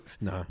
No